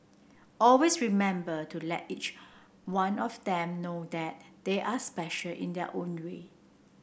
always remember to let each one of them know that they are special in their own way